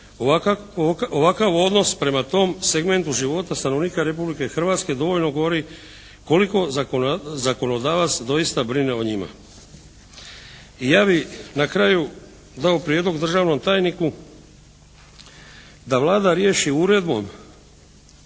Ovakav odnos prema tom segmentu života stanovnika Republike Hrvatske dovoljno govori koliko zakonodavac doista brine o njima. Ja bih na kraju dao prijedlog državnom tajniku da Vlada riješi uredbom